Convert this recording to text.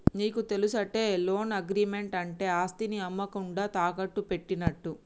నీకు తెలుసటే, loan agreement అంటే ఆస్తిని అమ్మకుండా తాకట్టు పెట్టినట్టు